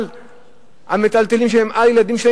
על המיטלטלין שלהן,